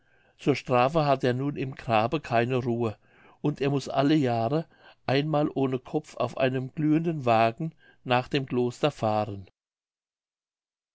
zur strafe hat er nun im grabe keine ruhe und er muß alle jahre einmal ohne kopf auf einem glühenden wagen nach dem kloster fahren